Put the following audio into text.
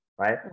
right